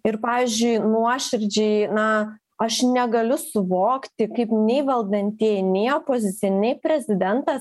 ir pavyzdžiui nuoširdžiai na aš negaliu suvokti kaip nei valdantieji nei opozicija nei prezidentas